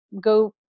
go